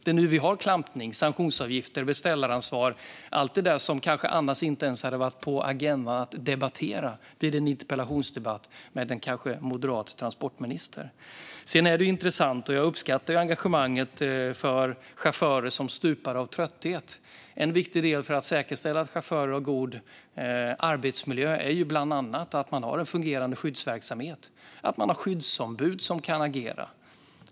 Det är nu vi har klampning, sanktionsavgifter och beställaransvar - sådant som kanske annars inte ens hade varit på agendan att debattera i en interpellationsdebatt med en kanske moderat transportminister. Jag uppskattar engagemanget för chaufförer som stupar av trötthet. En viktig del i att säkerställa att chaufförer har god arbetsmiljö är bland annat att det finns en fungerande skyddsverksamhet, att man har skyddsombud som kan agera.